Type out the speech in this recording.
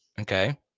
Okay